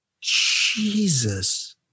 Jesus